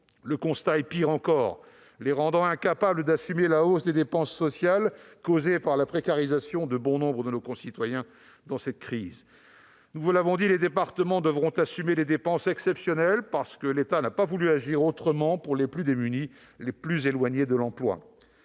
un constat encore pire : ils vont être incapables d'assumer la hausse des dépenses sociales causée par la précarisation de bon nombre de nos concitoyens dans cette crise. Nous vous l'avons dit, ils devront assumer les dépenses exceptionnelles, parce que l'État n'a pas voulu mener une action différente à l'endroit des plus démunis, des plus éloignés de l'emploi.